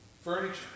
furniture